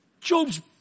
Job's